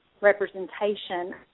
representation